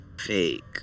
Fake